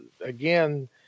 again